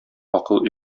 акыл